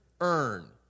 earn